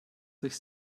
sich